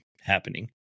happening